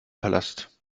palast